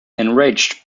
enraged